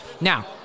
Now